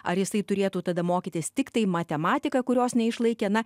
ar jisai turėtų tada mokytis tiktai matematiką kurios neišlaikė na